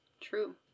true